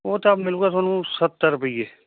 ਉਹ ਤਾਂ ਮਿਲੂਗਾ ਤੁਹਾਨੂੰ ਸੱਤਰ ਰੁਪਈਏ